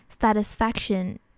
satisfaction